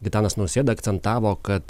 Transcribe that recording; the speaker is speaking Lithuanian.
gitanas nausėda akcentavo kad